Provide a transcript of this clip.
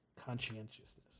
conscientiousness